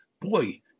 Boy